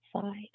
side